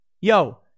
Yo